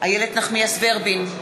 איילת נחמיאס ורבין,